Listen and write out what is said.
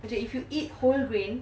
but you if you eat whole grain